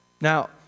Now